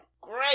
Great